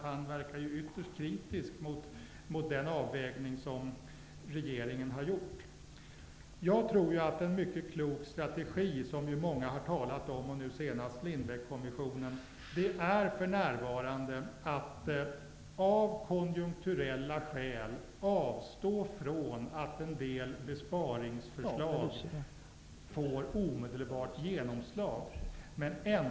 Han verkar ju ytterst kritisk mot den avvägning som regeringen har gjort. En mycket klok strategi är att för närvarande, av konjunkturella skäl, avstå från att en del besparingsförslag får omedelbart genomslag. Det har ju många talat om, och nu senast Lindbeckkommissionen.